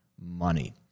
money